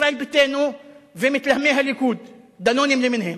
ישראל ביתנו ומתלהמי הליכוד, דנונים למיניהם.